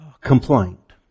complaint